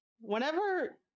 whenever